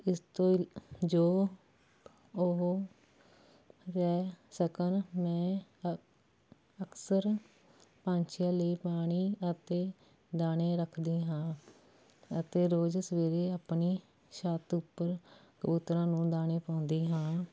ਇਸ ਤੋਂ ਜੋ ਉਹ ਰਹਿ ਸਕਣ ਮੈਂ ਅਕਸਰ ਪੰਛੀਆਂ ਲਈ ਪਾਣੀ ਅਤੇ ਦਾਣੇ ਰੱਖਦੀ ਹਾਂ ਅਤੇ ਰੋਜ਼ ਸਵੇਰੇ ਆਪਣੀ ਛੱਤ ਉੱਪਰ ਕਬੂਤਰਾਂ ਨੂੰ ਦਾਣੇ ਪਾਉਂਦੀ ਹਾਂ